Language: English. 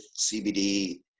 CBD